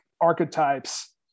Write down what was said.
Archetypes